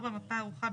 (4) מפה ערוכה,